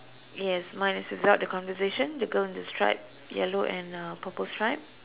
yes mine is without the conversation the girl in a stripe yellow and uh purple stripe